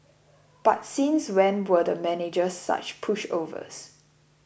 but since when were the managers such pushovers